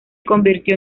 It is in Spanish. convirtió